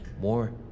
more